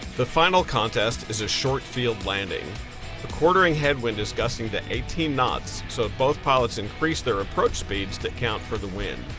the final contest is a short field landing. a quartering headwind is gusting to eighteen knots so both pilots increase their approach speeds to count for the wind.